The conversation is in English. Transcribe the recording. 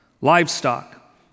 livestock